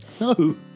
No